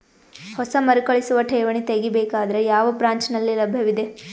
ಹೊಸ ಮರುಕಳಿಸುವ ಠೇವಣಿ ತೇಗಿ ಬೇಕಾದರ ಯಾವ ಬ್ರಾಂಚ್ ನಲ್ಲಿ ಲಭ್ಯವಿದೆ?